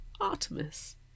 Artemis